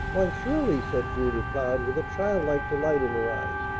why, surely, said julia cloud with a child-like delight in her eyes.